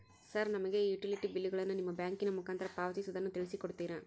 Sir ನಮಗೆ ಈ utility ಬಿಲ್ಲುಗಳನ್ನು ನಿಮ್ಮ ಬ್ಯಾಂಕಿನ ಮುಖಾಂತರ ಪಾವತಿಸುವುದನ್ನು ತಿಳಿಸಿ ಕೊಡ್ತೇರಾ?